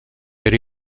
per